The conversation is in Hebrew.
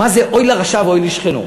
מה זה אוי לרשע ואוי לשכנו.